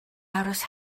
aros